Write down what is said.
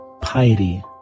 piety